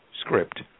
script